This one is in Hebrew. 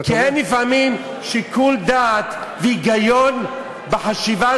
כי אין לפעמים שיקול דעת והיגיון בחשיבה